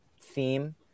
theme